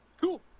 Cool